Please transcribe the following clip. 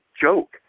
joke